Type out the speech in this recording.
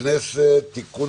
הכנסת (תיקון,